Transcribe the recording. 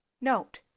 Note